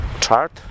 chart